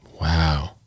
wow